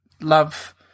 love